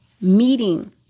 meeting